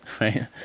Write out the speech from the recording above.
right